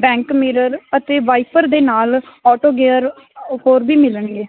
bank mirror ਅਤੇ wiper ਦੇ ਨਾਲ ਆਟੋ ਗੇਅਰ ਹੋਰ ਵੀ ਮਿਲਣਗੇ